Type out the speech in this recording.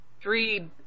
three